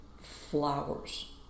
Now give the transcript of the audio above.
flowers